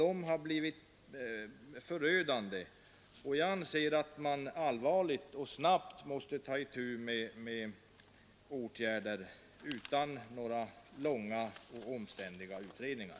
De har blivit förödande, och jag anser att man snabbt och med allvar måste ta itu med åtgärder utan några långa och omständliga utredningar.